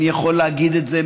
אני יכול להגיד את זה,